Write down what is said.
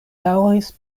daŭris